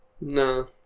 No